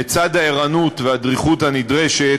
לצד הערנות והדריכות הנדרשת,